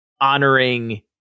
honoring